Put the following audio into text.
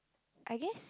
I guess